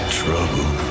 trouble